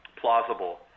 plausible